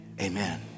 Amen